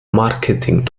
marketing